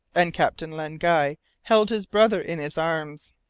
and captain len guy held his brother in his arms.